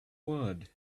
world